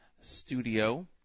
studio